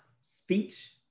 speech